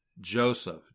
Joseph